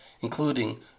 including